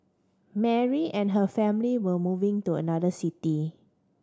Mary and her family were moving to another city